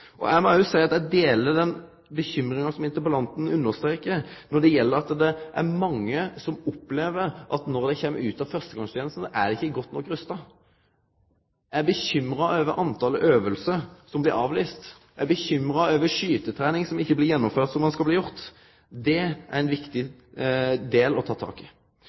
og eg må seie at eg deler den bekymringa som interpellanten understrekar, over at det er mange som opplever at dei ikkje er godt nok rusta når dei kjem ut av førstegongstenesta. Eg er bekymra over talet på øvingar som blir avlyste, og eg er bekymra over skytetrening som ikkje blir gjennomført som ho skal. Det er ein viktig del å ta tak i.